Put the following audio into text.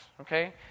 Okay